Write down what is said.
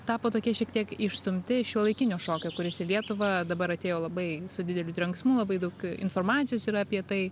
tapo tokie šiek tiek išstumti šiuolaikinio šokio kuris į lietuvą dabar atėjo labai su dideliu trenksmu labai daug informacijos yra apie tai